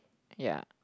ya